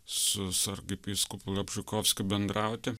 su su arkivyskupu jalbžykovskiu bendrauti